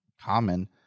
common